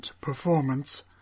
performance